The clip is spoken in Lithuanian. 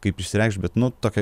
kaip išsireikšt bet nu tokia